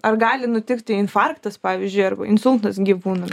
ar gali nutikti infarktas pavyzdžiui arba insultas gyvūnui